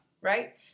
right